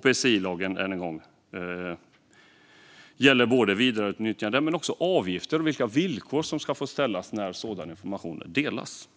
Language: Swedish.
PSI-lagen gäller vidareutnyttjande men också vilka avgifter och villkor som får förekomma när sådan information delas.